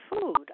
food